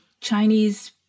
Chinese